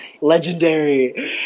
legendary